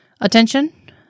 attention